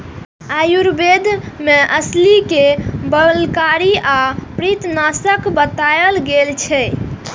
आयुर्वेद मे अलसी कें बलकारी आ पित्तनाशक बताएल गेल छै